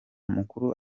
mukuru